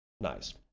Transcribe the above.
Nice